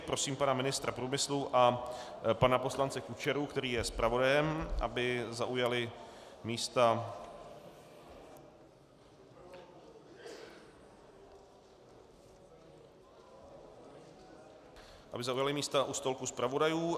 Prosím pana ministra průmyslu a pana poslance Kučeru, který je zpravodajem, aby zaujali místa u stolku zpravodajů.